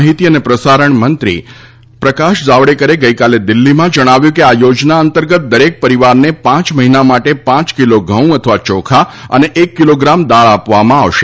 માહિતી અને પ્રસારણ મંત્રી પ્રકાશ જાવડેકરે ગઈકાલે નવી દિલ્ફીમાં જણાવ્યું કે આ યોજના અંતર્ગત દરેક પરિવારને પાંચ મહિના માટે પાંચ કિલો ઘઉં અથવા ચોખા અને એક કિલોગ્રામ દાળ આપવામાં આવશે